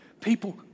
People